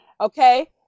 okay